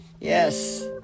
Yes